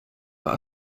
our